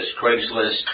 Craigslist